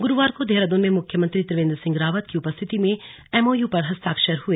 ग़रुवार को देहराद्न में मुख्यमंत्री त्रिवेंद्र सिंह रावत की उपस्थिति में एमओयू पर हस्ताक्षर हुए